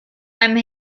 einem